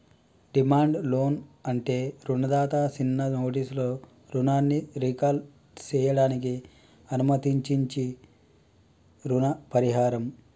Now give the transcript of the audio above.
demand loan అంటే రుణదాత సిన్న నోటీసులో రుణాన్ని రీకాల్ సేయడానికి అనుమతించించీ రుణ పరిహారం